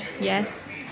yes